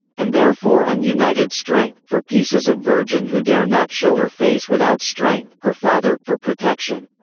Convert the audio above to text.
and therefore on united strength, for peace is a virgin who dare not show her face without strength, her father, for protection.